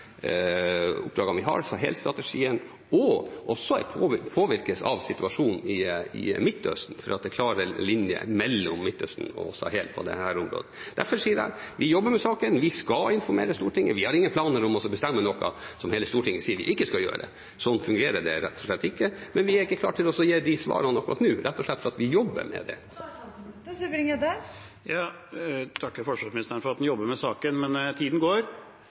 av situasjonen i Midtøsten, fordi det er klare linjer mellom Midtøsten og Sahel på dette området. Derfor sier jeg: Vi jobber med saken, og vi skal informere Stortinget. Vi har ingen planer om å bestemme noe som hele Stortinget sier vi ikke skal gjøre, slik fungerer det rett og slett ikke, men vi er ikke klare til å gi de svarene akkurat nå, rett og slett fordi vi jobber med det. Det blir oppfølgingsspørsmål – først Christian Tybring-Gjedde. Jeg takker forsvarsministeren for at han jobber med saken, men tiden går.